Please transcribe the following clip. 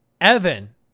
Evan